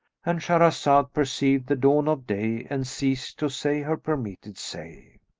and shahrazad perceived the dawn of day and ceased to say her permitted say.